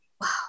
Wow